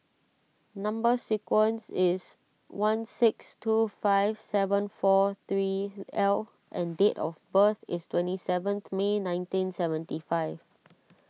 Number Sequence is one six two five seven four three L and date of birth is twenty seventh May nineteen seventy five